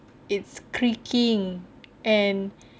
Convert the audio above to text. it's creaking and